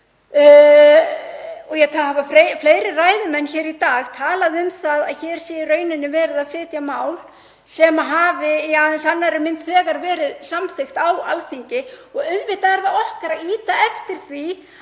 Fleiri ræðumenn í dag hafa talað um að hér sé í rauninni verið að flytja mál sem hafi í aðeins annarri mynd þegar verið samþykkt á Alþingi. Auðvitað er það okkar að ýta eftir því